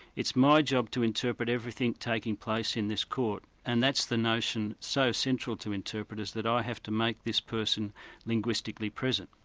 it's my job to interpret everything taking place in this court, and that's the notion so central to interpreters that i have to make this person linguistically present.